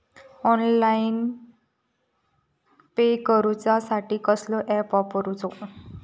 Online pay करूचा साठी कसलो ऍप वापरूचो?